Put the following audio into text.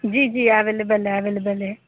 جی جی اویلیبل ہے اویلیبل ہے